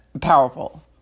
Powerful